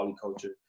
culture